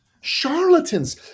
charlatans